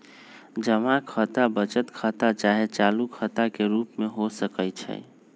जमा खता बचत खता चाहे चालू खता के रूप में हो सकइ छै